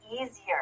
easier